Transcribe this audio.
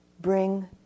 bring